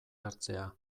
hartzea